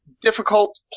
difficult